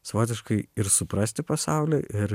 savotiškai ir suprasti pasaulį ir